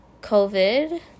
covid